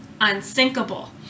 unsinkable